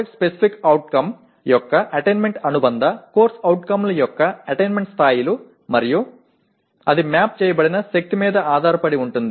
ஒரு PO அல்லது PSOவை அடைவது தொடர்புடைய COக்களின் அடையல் நிலைகள் மற்றும் அது கோப்பிடப்பட்ட வலிமையைப் பொறுத்தது